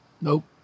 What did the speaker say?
Nope